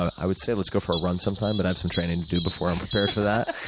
i would say let's go for a run sometime, but i have some training to do before i'm prepared for that.